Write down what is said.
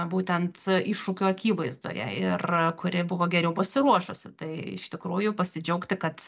būtent iššūkių akivaizdoje ir kuri buvo geriau pasiruošusi tai iš tikrųjų pasidžiaugti kad